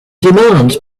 demands